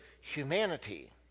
humanity